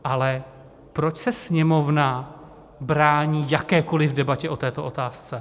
Ale proč se Sněmovna brání jakékoliv debatě o této otázce?